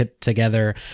together